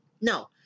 No